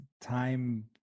time